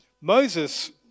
Moses